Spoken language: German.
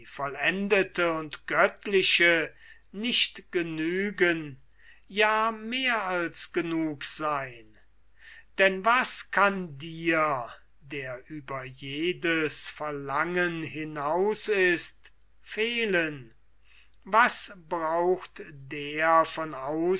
vollendete und göttliche nicht genügen ja mehr als genug sein denn was kann dir der über jedes verlangen hinaus ist fehlen was braucht der